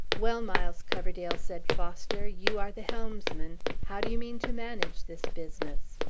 well, miles coverdale, said foster, you are the helmsman. how do you mean to manage this business?